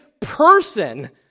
person